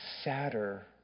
sadder